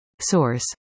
Source